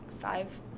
five